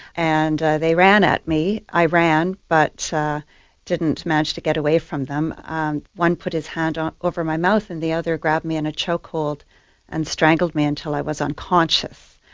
and they ran at me. i ran, but didn't manage to get away from them. um one put his hand um over my mouth and the other grabbed me in a chokehold and strangled me until i was unconscious.